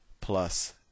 plus